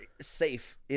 safe